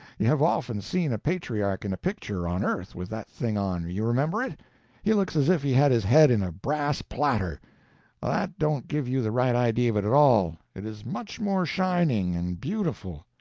you have often seen a patriarch in a picture, on earth, with that thing on you remember it he looks as if he had his head in a brass platter. that don't give you the right idea of it at all it is much more shining and beautiful.